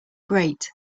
great